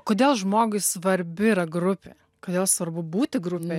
kodėl žmogui svarbi yra grupė kodėl svarbu būti grupėj